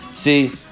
See